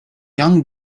young